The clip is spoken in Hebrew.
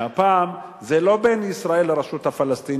שהפעם זה לא בין ישראל לרשות הפלסטינית,